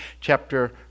chapter